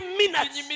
minutes